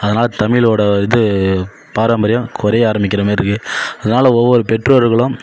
அதனால தமிழோடய இது பாரம்பரியம் குறைய ஆரம்பிக்கிறமாரி இருக்குது அதால ஒவ்வொரு பெற்றோர்களும்